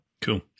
Cool